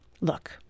look